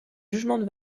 jugements